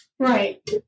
Right